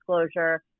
disclosure